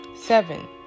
seven